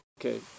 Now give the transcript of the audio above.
okay